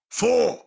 four